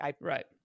Right